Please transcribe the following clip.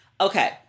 okay